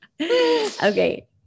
Okay